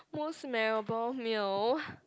most memorable meal